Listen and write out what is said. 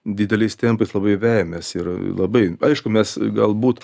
dideliais tempais labai vejamės ir labai aišku mes galbūt